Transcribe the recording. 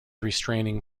restraining